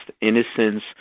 innocence